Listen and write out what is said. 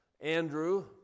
Andrew